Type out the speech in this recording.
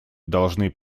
должны